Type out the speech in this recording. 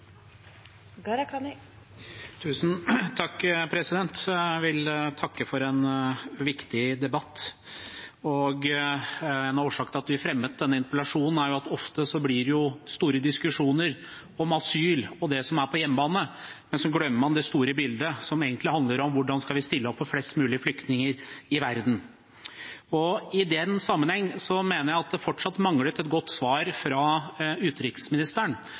at det ofte blir store diskusjoner om asyl og det som er på hjemmebane, men så glemmer man det store bildet, som egentlig handler om hvordan vi skal stille opp for flest mulige flyktninger i verden. I den sammenheng mener jeg at det fortsatt mangler et godt svar fra utenriksministeren